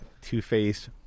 two-faced